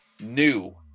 new